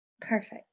Perfect